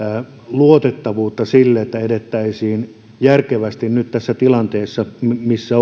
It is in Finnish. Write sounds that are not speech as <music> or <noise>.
luotettavuutta sille että edettäisiin järkevästi nyt tässä tilanteessa missä <unintelligible>